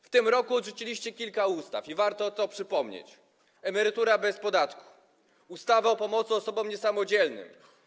W tym roku odrzuciliście kilka ustaw i warto to przypomnieć: emerytura bez podatku, ustawa o pomocy osobom niesamodzielnym.